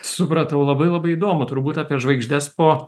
supratau labai labai įdomu turbūt apie žvaigždes po